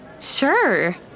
Sure